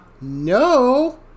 no